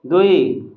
ଦୁଇ